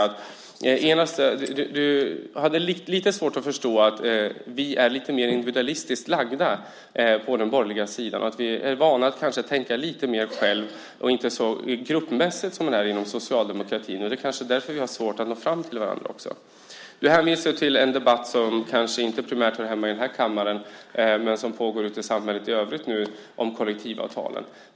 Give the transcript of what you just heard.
Du hade lite svårt att förstå att vi är lite mer individualistiskt lagda på den borgerliga sidan och att vi är vana att kanske tänka lite mer själva och inte så gruppmässigt som inom socialdemokratin. Det kanske är därför vi har svårt att nå fram till varandra. Du hänvisade till en debatt om kollektivavtalen som kanske inte primärt hör hemma i den här kammaren men som pågår i samhället i övrigt.